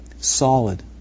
Solid